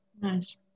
Nice